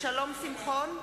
שלום שמחון,